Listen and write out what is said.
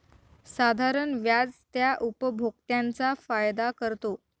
साधारण व्याज त्या उपभोक्त्यांचा फायदा करतो